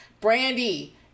Brandy